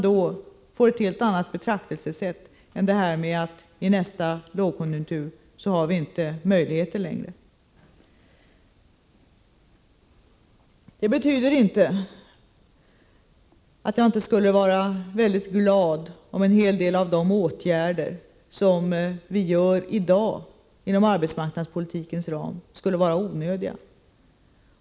Då får man ett helt annat betraktelsesätt än detta, att vi i nästa lågkonjunktur inte längre har några möjligheter kvar. Detta betyder inte att jag inte skulle vara mycket glad om en hel del av de åtgärder som vi i dag vidtar inom arbetsmarknadspolitikens ram skulle vara onödiga.